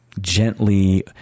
gently